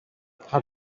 how